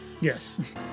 Yes